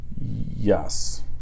Yes